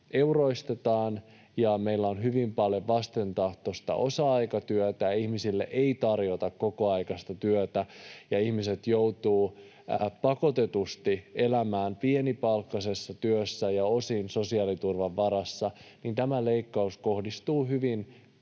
euroistetaan ja meillä on hyvin paljon vastentahtoista osa-aikatyötä — ihmisille ei tarjota kokoaikaista työtä, ja ihmiset joutuvat pakotetusti elämään pienipalkkaisessa työssä ja osin sosiaaliturvan varassa — niin tämä leikkaus kohdistuu hyvin